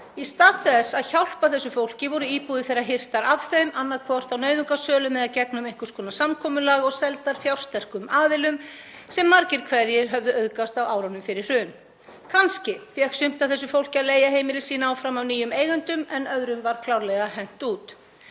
Í stað þess að hjálpa þessu fólki voru íbúðir þess hirtar af þeim, annaðhvort á nauðungarsölu eða gegnum einhvers konar samkomulag, og seldar fjársterkum aðilum sem margir hverjir höfðu auðgast á árunum fyrir hrun. Kannski fékk sumt af þessu fólki að leigja heimili sín áfram af nýjum eigendum en öðrum var klárlega hent út.